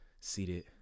seated